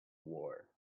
war